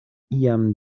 iam